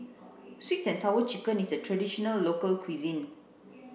sweet and sour chicken is a traditional local cuisine